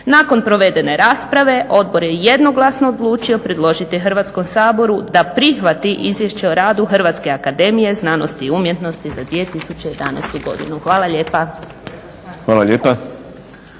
Nakon provedene rasprave odbor je jednoglasno odlučio predložiti Hrvatskom saboru da prihvati Izvješće o radu Hrvatske akademije znanosti i umjetnosti za 2011. godinu. Hvala lijepa.